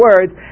words